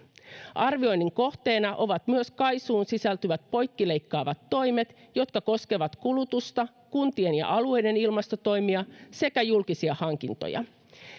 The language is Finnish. arvioinnin kohteena ovat myös kaisuun sisältyvät poikkileikkaavat toimet jotka koskevat kulutusta kuntien ja alueiden ilmastotoimia sekä julkisia hankintoja